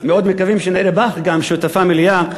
מאוד מקווים שגם נראה בך שותפה מלאה למאמץ הזה.